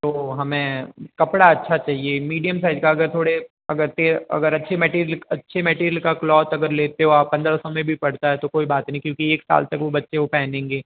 तो हमें कपड़ा अच्छा चाहिए मीडियम साइज का अगर थोड़े अगर ते अगर अच्छी मैटेरियल अच्छे मैटेरियल का क्लॉथ अगर लेते हो आप पंद्रह सौ में भी पड़ता है तो कोई बात नहीं क्योंकि एक साल तक वो बच्चे वो पहनेंगे